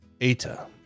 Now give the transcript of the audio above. ETA